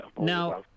Now